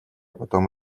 потом